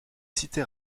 cité